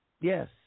Yes